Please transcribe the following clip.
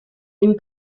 une